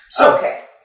Okay